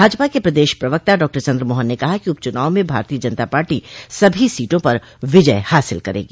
भाजपा के प्रदेश प्रवक्ता डॉक्टर चन्द्रमोहन ने कहा है कि उप चुनाव में भारतीय जनता पार्टी सभी सीटों पर विजय हासिल करेगी